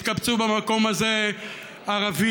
התקבצו במקום הזה ערבים,